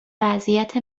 وضعیت